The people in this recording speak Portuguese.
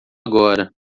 agora